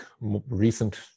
recent